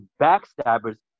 backstabbers